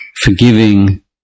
forgiving